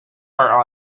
our